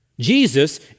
Jesus